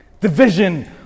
division